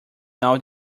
now